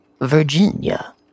Virginia